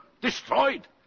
destroyed